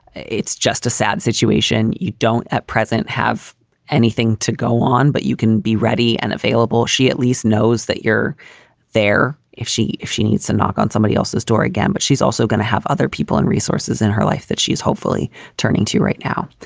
it's just a sad situation. you don't at present have anything to go on, but you can be ready and available. she at least knows that you're there if she if she needs a knock on somebody else's door again. but she's also going to have other people and resources in her life that she's hopefully turning to right now.